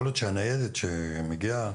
יכול להיות שהניידת מגיעה